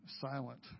silent